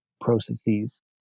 processes